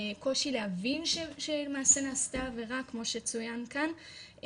קושי להבין שמעשה נעשה ורק כמו שצוין כאן,